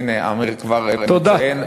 הנה, עמיר כבר מציין.